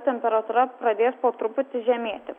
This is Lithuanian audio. temperatūra pradės po truputį žemėti